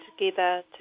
together